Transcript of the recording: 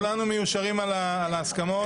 כולנו מיושרים על הסכמות?